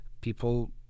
people